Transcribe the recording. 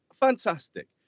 fantastic